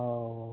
ହଉ